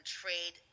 trade